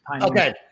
okay